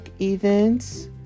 events